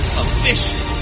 official